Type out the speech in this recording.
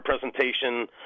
presentation